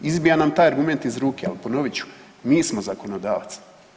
Izbija nam taj argument iz ruke, ali ponovit ću, mi smo zakonodavac.